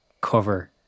cover